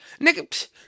Nigga